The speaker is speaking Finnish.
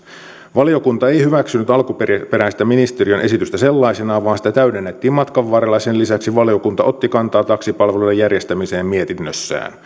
valiokunta ei hyväksynyt alkuperäistä ministeriön esitystä sellaisenaan vaan sitä täydennettiin matkan varrella ja sen lisäksi valiokunta otti mietinnössään kantaa taksipalveluiden järjestämiseen